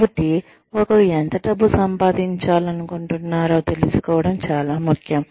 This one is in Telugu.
కాబట్టి ఒకరు ఎంత డబ్బు సంపాదించాలనుకుంటున్నారో తెలుసుకోవడం చాలా ముఖ్యం